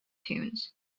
tunes